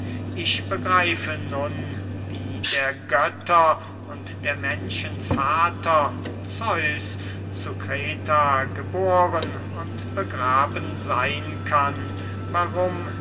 ich begreife nun wie der götter und der menschen vater zeus zu kreta geboren und begraben seyn kann warum